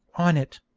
on it